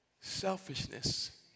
Selfishness